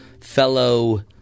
fellow